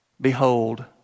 behold